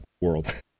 world